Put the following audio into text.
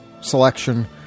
selection